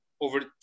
over